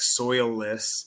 soilless